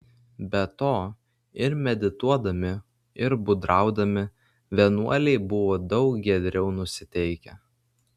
be to ir medituodami ir būdraudami vienuoliai buvo daug giedriau nusiteikę